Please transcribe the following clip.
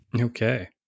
Okay